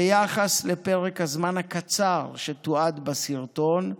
ביחס לפרק הזמן הקצר שתועד בסרטון,